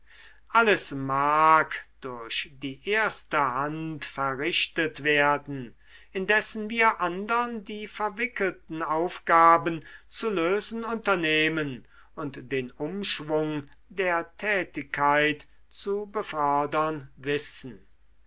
alles mag durch die erste hand vernichtet werden indessen wir andern die verwickelten aufgaben zu lösen unternehmen und den umschwung der tätigkeit zu befördern wissen